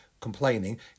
complaining